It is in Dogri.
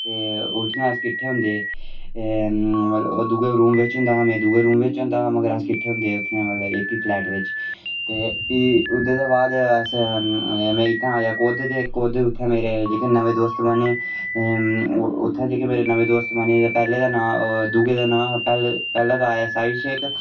ते उ'त्थें अस किट्ठे होंदे हे ओह् दूऐ रूम बिच होंदा हा में दूऐ रूम बिच होंदा हा मगर अस किट्ठे होंदे हे उ'त्थें मतलब इक गै फ्लैट बिच ते फ्ही ओह्दे बाद अस में इ'त्थें आया कुद ते कुद उ'त्थें मेरे नमें दोस्त बने ते उ'त्थें जेह्के मेरे नमें दोस्त बने ते पैह्ले दा नांऽ दूऐ दा नांऽ पैह्ले दा आया साहिल शेख